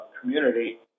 community